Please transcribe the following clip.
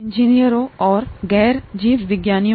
इस मॉड्यूल में